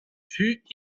fut